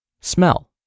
smell